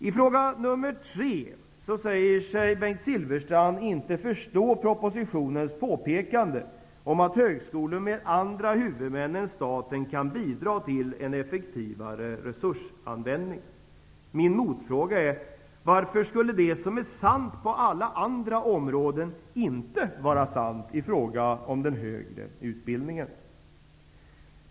I den tredje frågan säger sig Bengt Silfverstrand inte förstå propositionens påpekande om att högskolor med andra huvudmän än staten kan bidra till en effektivare resursanvändning. Min motfråga är: Varför skulle det som är sant på alla andra områden inte vara sant i fråga om den högre utbildningen?